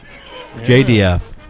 JDF